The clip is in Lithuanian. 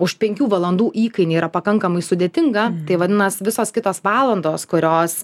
už penkių valandų įkainį yra pakankamai sudėtinga tai vadinasi visos kitos valandos kurios